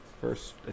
first